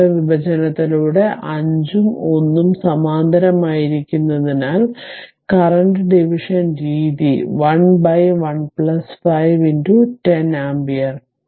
current വിഭജനത്തിലൂടെ 5 ഉം 1 ഉം സമാന്തരമായിരിക്കുന്നതിനാൽ കറന്റ് ഡിവിഷൻ രീതി 1 1 5 10 ആമ്പിയർ